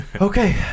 okay